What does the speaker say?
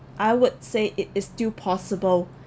I would say it is still possible